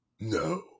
No